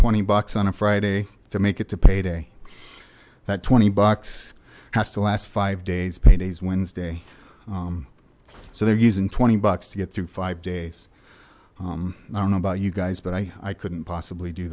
twenty bucks on a friday to make it to pay day that twenty bucks has to last five days paydays wednesday so they're using twenty bucks to get through five days i don't know about you guys but i couldn't possibly do